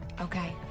Okay